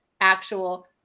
actual